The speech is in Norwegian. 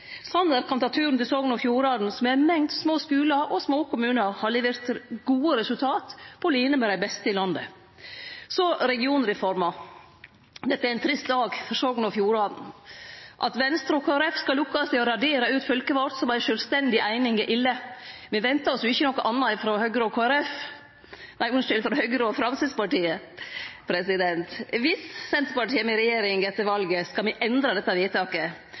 kan ta turen til Sogn og Fjordane, som med ei mengd små skular og små kommunar har levert gode resultat, på line med dei beste i landet. Så til regionreforma: Dette er ein trist dag for Sogn og Fjordane. At Venstre og Kristeleg Folkeparti skal lukkast i å radere ut fylket vårt som ei sjølvstendig eining, er ille. Me venta jo ikkje noko anna frå Høgre og Framstegspartiet. Dersom Senterpartiet kjem i regjering etter valet, skal me endre dette vedtaket.